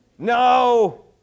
No